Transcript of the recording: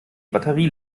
batterie